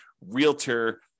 realtor